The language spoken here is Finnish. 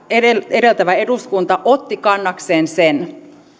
edeltävä eduskunta otti kannakseen sen